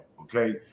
Okay